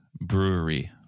brewery